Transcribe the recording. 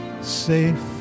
safe